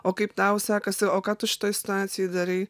o kaip tau sekasi o ką tu šitoj situacijoj darei